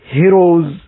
heroes